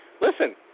Listen